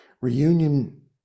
Reunion